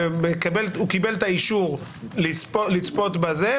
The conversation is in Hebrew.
ומקבל את האישור לצפות בזה.